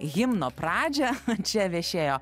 himno pradžią čia viešėjo